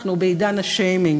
אנחנו בעידן השיימינג,